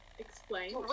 Explain